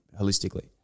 holistically